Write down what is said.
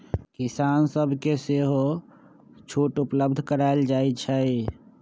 किसान सभके सेहो छुट उपलब्ध करायल जाइ छइ